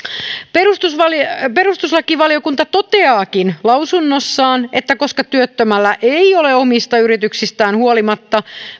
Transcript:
perustuslakivaliokunta toteaakin lausunnossaan että koska työttömällä ei ole omista yrityksistään huolimatta